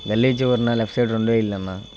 గల్లీ చివరన left side రెండో ఇల్లు అన్నా